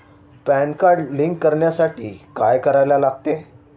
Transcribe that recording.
Pan card link करण्यासाठी काय करायला लागते?